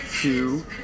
two